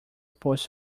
post